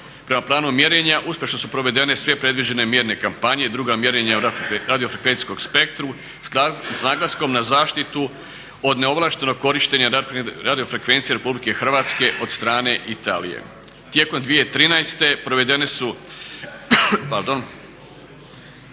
Prema planu mjerenja uspješno su provedene sve predviđene mjerne kampanje, druga mjerenja u radio frekvencijskom spektru s naglaskom na zaštitu od neovlaštenog korištenja radio frekvencije RH od strane Italije. Tijekom 2013. provedena su opsežna